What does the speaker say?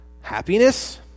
happiness